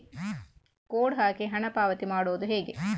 Code ಹಾಕಿ ಹಣ ಪಾವತಿ ಮಾಡೋದು ಹೇಗೆ?